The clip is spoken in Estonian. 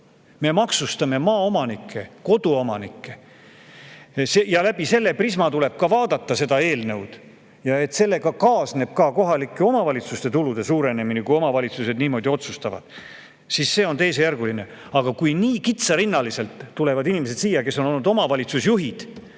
Me maksustame maaomanikke, koduomanikke. Ja läbi selle prisma tulebki vaadata seda eelnõu. Et sellega kaasneb ka kohalike omavalitsuste tulude suurenemine, kui omavalitsused niimoodi otsustavad, on teisejärguline. Aga kui nii kitsarinnaliselt tulevad siia inimesed, kes on olnud omavalitsusjuhid,